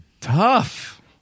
tough